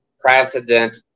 precedent